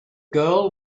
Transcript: girl